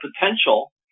potential